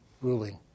ruling